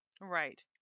Right